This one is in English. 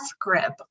grip